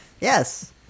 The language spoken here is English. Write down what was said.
yes